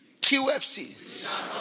QFC